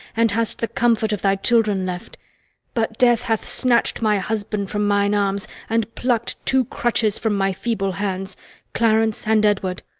and hast the comfort of thy children left but death hath snatch'd my husband from mine arms, and pluck'd two crutches from my feeble hands clarence and edward.